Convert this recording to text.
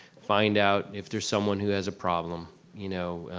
find out if there's someone who has a problem, you know,